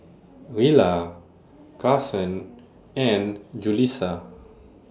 Rilla Carsen and Julissa